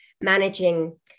managing